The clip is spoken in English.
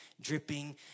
dripping